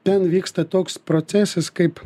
ten vyksta toks procesas kaip